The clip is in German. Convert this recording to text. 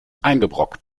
eingebrockt